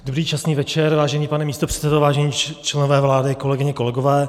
Dobrý časný večer, vážený pane místopředsedo, vážení členové vlády, kolegyně, kolegové.